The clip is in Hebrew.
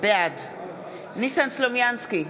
בעד ניסן סלומינסקי,